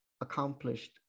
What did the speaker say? accomplished